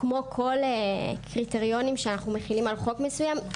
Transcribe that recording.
כמו כל קריטריונים שאנחנו מכינים על חוק מסוים,